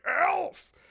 elf